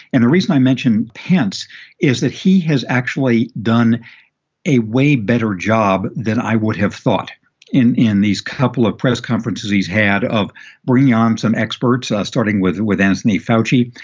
and the reason i mentioned pence is that he has actually done a way better job than i would have thought in in these couple of press conferences he's had of bringing on some experts, starting with with anthony foushee.